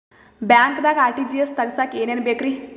ಬ್ಯಾಂಕ್ದಾಗ ಆರ್.ಟಿ.ಜಿ.ಎಸ್ ತಗ್ಸಾಕ್ ಏನೇನ್ ಬೇಕ್ರಿ?